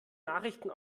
nachrichten